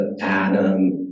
Adam